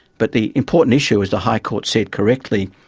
but the important issue, as the high court said correctly,